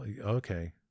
Okay